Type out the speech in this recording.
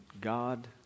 God